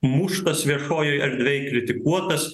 muštas viešojoj erdvėj kritikuotas